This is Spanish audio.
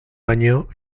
año